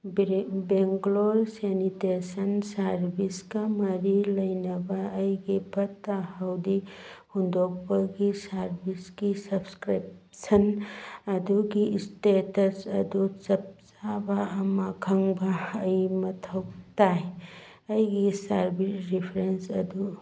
Bangalore sanitation ꯁꯥꯔꯕꯤꯁꯀ ꯃꯔꯤ ꯂꯩꯅꯕ ꯑꯩꯒꯤ ꯐꯠꯇ ꯍꯥꯥꯎꯗꯤ ꯍꯨꯟꯗꯣꯛꯄꯒꯤ ꯁꯥꯔꯕꯤꯁꯀꯤ ꯁꯞꯁꯀ꯭ꯔꯤꯞꯁꯟ ꯑꯗꯨꯒꯤ ꯏꯁꯇꯦꯇꯁ ꯑꯗꯨ ꯆꯞ ꯆꯥꯕ ꯑꯃ ꯈꯪꯕ ꯑꯩ ꯃꯊꯧ ꯇꯥꯏ ꯑꯩꯒꯤ ꯁꯥꯔꯕꯤꯁ ꯔꯤꯐ꯭ꯔꯦꯟꯁ ꯑꯗꯨ